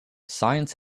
science